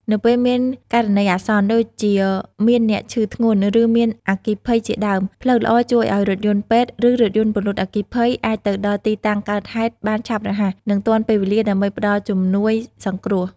នៅពេលមានករណីអាសន្ន ដូចជាមានអ្នកឈឺធ្ងន់ ឬមានអគ្គីភ័យជាដើម ផ្លូវល្អជួយឲ្យរថយន្តពេទ្យ ឬរថយន្តពន្លត់អគ្គីភ័យ អាចទៅដល់ទីតាំងកើតហេតុបានឆាប់រហ័ស និងទាន់ពេលវេលា ដើម្បីផ្តល់ជំនួយសង្គ្រោះ។